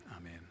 Amen